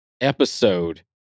episode